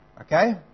Okay